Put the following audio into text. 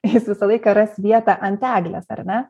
jis visą laiką ras vietą ant eglės ar ne